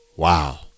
Wow